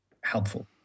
helpful